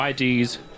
IDs